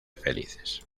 felices